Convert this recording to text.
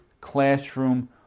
Classroom